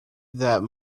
that